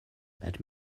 let